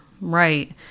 right